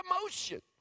emotion